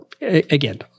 Again